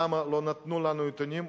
למה לא נתנו לנו נתונים,